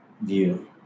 view